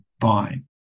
fine